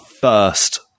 first